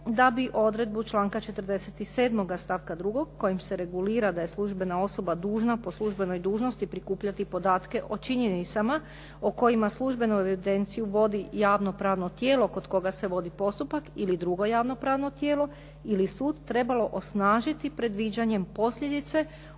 da bi odredbu članka 47. stavka 2. kojim se regulira da je službena osoba dužna po službenoj dužnosti prikupljati podatke o činjenicama o kojima službenu evidenciju vodi javno pravno tijelo kod koga se vodi postupak ili drugo javno pravno tijelo ili sud trebalo osnažiti predviđanjem posljedice